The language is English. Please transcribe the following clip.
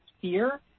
fear